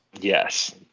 Yes